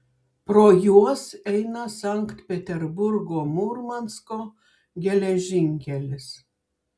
pro juos eina sankt peterburgo murmansko geležinkelis